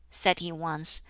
said he once,